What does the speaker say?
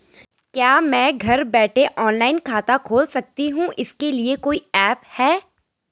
क्या मैं घर बैठे ऑनलाइन खाता खोल सकती हूँ इसके लिए कोई ऐप है?